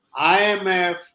IMF